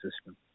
system